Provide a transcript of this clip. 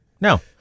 No